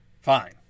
Fine